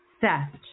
theft